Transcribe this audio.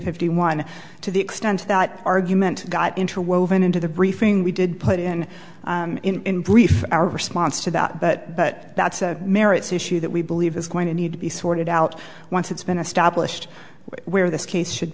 fifty one to the extent that argument got interwoven into the briefing we did put in in brief our response to that but that's merits issue that we believe is going to need to be sorted out once it's been established where this case should